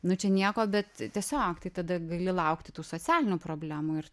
nu čia nieko bet tiesiog tai tada gali laukti tų socialinių problemų ir